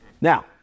Now